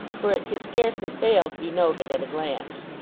for it could scarcely fail to be noted at a glance.